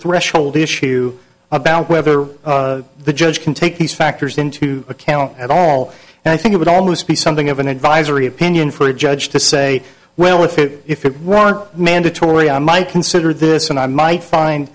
threshold issue about whether the judge can take these factors into account at all and i think it would almost be something of an advisory opinion for a judge to say well if it if it weren't mandatory i might consider this and i might find